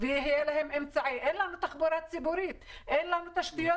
אין לנו תחבורה ציבורית ואין לנו תשתיות